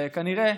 וכנראה